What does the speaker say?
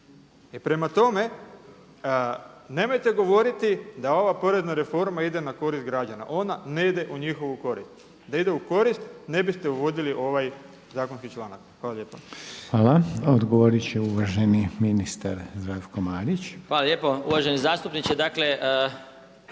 I prema tome nemojte govoriti da ova porezna reforma ide na korist građana. Ona ne ide u njihovu korist. Da ide u korist ne biste uvodili ovaj zakonski članak. Hvala lijepa. **Reiner, Željko (HDZ)** Hvala. Odgovorit će uvaženi ministar Zdravko Marić. **Marić, Zdravko** Hvala lijepo. Uvaženi zastupniče, dakle